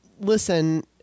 listen